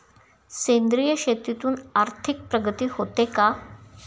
सेंद्रिय शेतीतून आर्थिक प्रगती होते का?